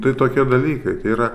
tai tokie dalykai yra